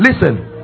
Listen